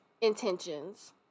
intentions